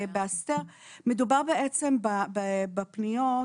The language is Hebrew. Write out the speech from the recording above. בעיות בניקיון